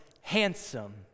handsome